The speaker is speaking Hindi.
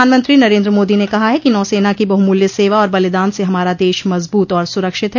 प्रधानमंत्री नरेंद्र मोदी ने कहा है कि नौसेना की बहुमूल्य सेवा और बलिदान से हमारा देश मजबूत और सुरक्षित है